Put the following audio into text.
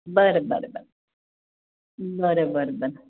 बरं बरं बरं बरं बरं बरं